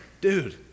dude